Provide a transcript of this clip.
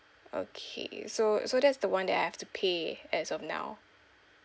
okay so so that's the one that I have to pay as of now